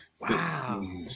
Wow